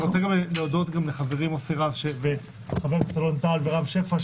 אני רוצה להודות גם לחברי מוסי רז ולחברי הכנסת אלון טל ורם שפע,